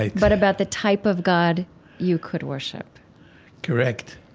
but about the type of god you could worship correct.